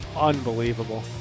Unbelievable